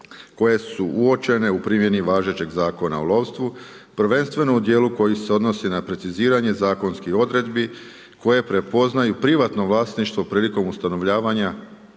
koje su uočene u primjeni važećeg zakona o lovstvu, prvenstvenog u dijelu koji se odnosi na preciziranje, zakonskih odredbi koje prepoznaju privatno vlasništvo prilikom ustanovljavanja